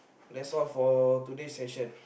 that's all for today session